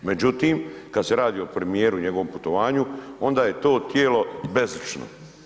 Međutim, kad se radi o premijeru i njegovom putovanju onda je to tijelo bezgrešno.